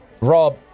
Rob